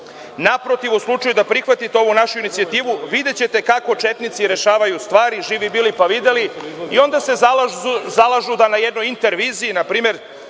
Naprotiv, u slučaju da prihvatite ovu našu inicijativu, videćete kako četnici rešavaju stvari. Živi bili, pa videli. I, onda se zalažu da na jednoj interviziji npr.